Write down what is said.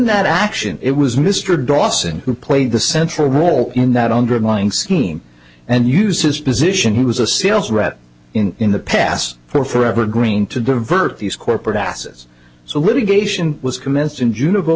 that action it was mr dawson who played the central role in that underlying scheme and use his position he was a sales rep in the past for forever agreeing to divert these corporate assets so litigation was commenced in june of